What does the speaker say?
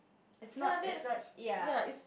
it's not it's not ya